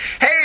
Hey